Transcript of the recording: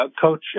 coach